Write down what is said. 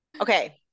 Okay